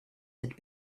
had